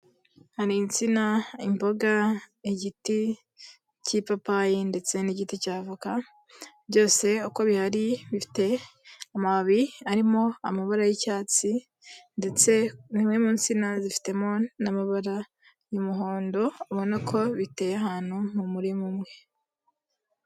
Hari insina, imboga, igiti cy'ipapayi ndetse n'igiti cya avoka, byose uko bihari bifite amababi arimo amabara y'icyatsi ndetse imwe mu insina zifitemo n'amabara y'umuhondo, ubona ko biteye ahantu mu murima umwe.